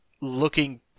looking